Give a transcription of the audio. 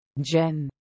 Jen